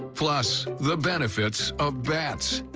plus, the benefits of bats.